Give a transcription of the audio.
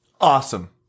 Awesome